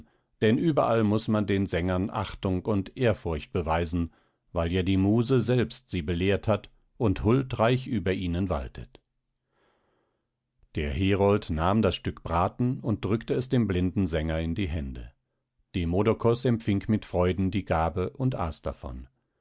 denn überall muß man den sängern achtung und ehrfurcht beweisen weil ja die muse selbst sie belehrt hat und huldreich über ihnen waltet der herold nahm das stück braten und drückte es dem blinden sänger in die hände demodokos empfing mit freuden die gabe und aß davon